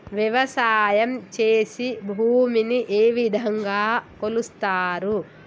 వ్యవసాయం చేసి భూమిని ఏ విధంగా కొలుస్తారు?